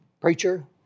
preacher